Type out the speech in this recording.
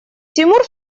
тимур